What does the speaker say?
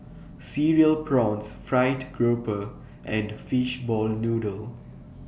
Cereal Prawns Fried Grouper and Fishball Noodle